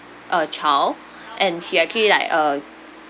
uh child and she actually like uh